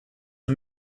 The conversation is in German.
für